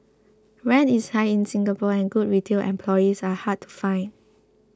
rent is high in Singapore and good retail employees are hard to find